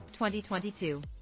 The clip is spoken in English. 2022